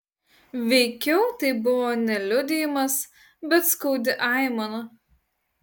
veikiau tai buvo ne liudijimas bet skaudi aimana